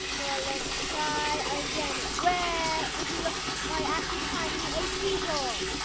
well let's try again. where would you look if i asked you to find me a bezoar?